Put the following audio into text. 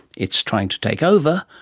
it's trying to take over,